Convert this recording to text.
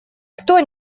кто